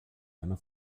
einer